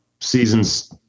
seasons